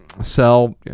sell